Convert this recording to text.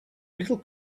little